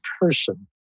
person